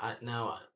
now